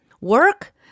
Work